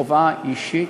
חובה אישית,